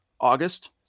August